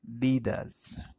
leaders